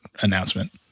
announcement